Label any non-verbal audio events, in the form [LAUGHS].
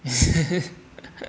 [LAUGHS]